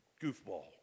goofball